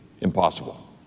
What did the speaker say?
impossible